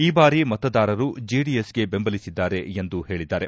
ಈ ಬಾರಿ ಮತದಾರರು ಜೆಡಿಎಸ್ಗೆ ಬೆಂಬಲಿಸಿದ್ದಾರೆ ಎಂದು ಹೇಳಿದ್ದಾರೆ